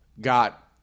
got